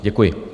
Děkuji.